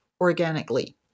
organically